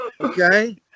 okay